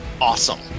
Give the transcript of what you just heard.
awesome